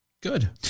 Good